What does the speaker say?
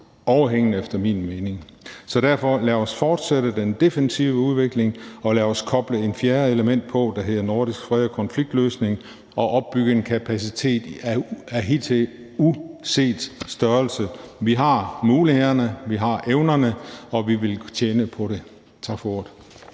overhængende efter min mening. Så derfor: Lad os fortsætte den defensive udvikling og lad os koble et fjerde element på, der hedder nordisk freds- og konfliktløsning, og opbygge en kapacitet af hidtil uset størrelse. Vi har mulighederne, vi har evnerne, og vi ville tjene på det. Tak for ordet.